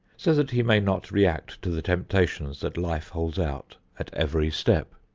so that he may not react to the temptations that life holds out at every step.